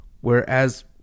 Whereas